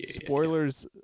Spoilers